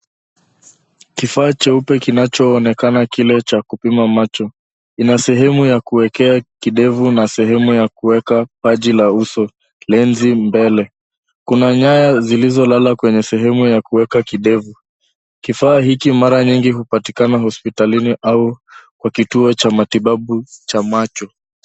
Kifaa cheupe kinachoonekana kile cha kupima macho, ina sehemu ya kuwekea kidevu na sehemu ya kuweka paji la uso; lenzi mbele. Kuna nyaya zilizolala kwenye sehemu ya kuweka kidevu. Kifaa hiki mara nyingi hupatikana hospitalini au kwa kitucho cha matibabu cha macho.